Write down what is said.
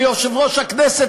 ויושב-ראש הכנסת,